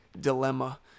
dilemma